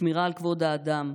שמירה על כבוד האדם,